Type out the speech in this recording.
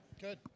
Good